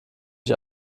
ich